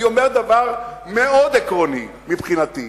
אני אומר דבר מאוד עקרוני מבחינתי,